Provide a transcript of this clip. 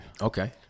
Okay